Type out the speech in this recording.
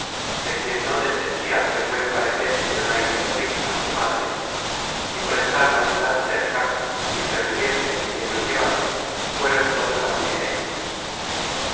de quien no desdecia el buen parecer y donaire de ricla su madre y por estar la ciudad cerca sin prevenirse de quién los llevase fueron todos á pié á ella